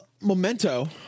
Memento